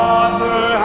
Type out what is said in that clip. Father